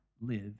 live